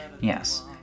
Yes